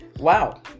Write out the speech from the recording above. Wow